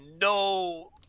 no